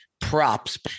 props